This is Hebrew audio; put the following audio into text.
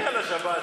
דברי על השבת.